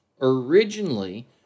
originally